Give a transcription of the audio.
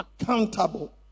accountable